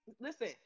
listen